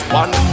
one